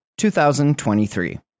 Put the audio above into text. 2023